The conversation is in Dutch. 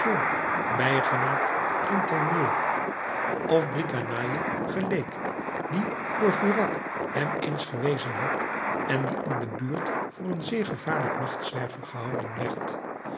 bijgenaamd printanier of bigrenaille geleek dien courfeyrac hem eens gewezen had en die in de buurt voor een zeer gevaarlijk nachtzwerver gehouden werd